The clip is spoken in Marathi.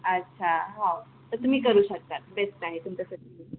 अच्छा हो तर तुम्ही करू शकता बेस्ट आहे तुमच्यासाठी